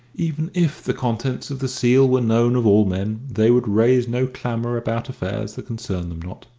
even if the contents of the seal were known of all men, they would raise no clamour about affairs that concern them not.